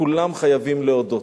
כולם חייבים להודות,